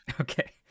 Okay